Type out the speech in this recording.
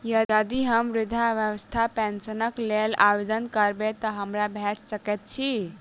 यदि हम वृद्धावस्था पेंशनक लेल आवेदन करबै तऽ हमरा भेट सकैत अछि?